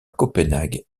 copenhague